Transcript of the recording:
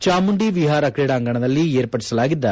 ಚಾಮುಂಡಿ ವಿಹಾರ ಕ್ರಿಡಾಂಗಣದಲ್ಲಿ ಏರ್ಪಡಿಸಲಾಗಿದ್ದ